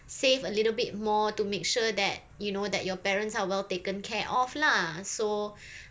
save a little bit more to make sure that you know that your parents are well taken care of lah so